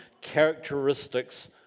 characteristics